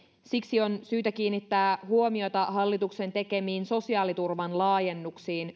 siksi on syytä kiinnittää huomiota hallituksen yrittäjille tekemiin sosiaaliturvan laajennuksiin